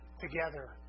together